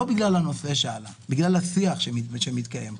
לא בגלל הנושא שעלה אלא בגלל השיח שמתקיים פה.